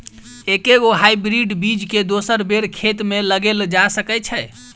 एके गो हाइब्रिड बीज केँ दोसर बेर खेत मे लगैल जा सकय छै?